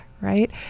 Right